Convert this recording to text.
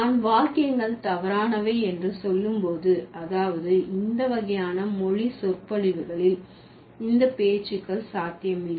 நான் வாக்கியங்கள் தவறானவை என்று சொல்லும் போது அதாவது இந்த வகையான மொழி சொற்பொழிவுகளில் இந்த பேச்சுகள் சாத்தியமில்லை